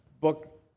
book